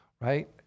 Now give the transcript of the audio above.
right